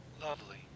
Lovely